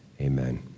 amen